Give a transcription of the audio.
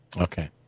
Okay